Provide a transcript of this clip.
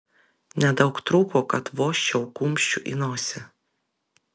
nedaug trūko kad vožčiau kumščiu į nosį